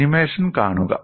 animation കാണുക